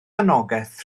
anogaeth